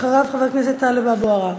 אחריו, חבר הכנסת טלב אבו עראר.